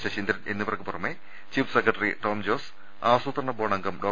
ശശീന്ദ്രൻ എന്നിവർക്ക് പുറമെ chief secretary Tom Jose ആസൂത്രണ ബോർഡ് അംഗം ഡോ